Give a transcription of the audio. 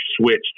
switched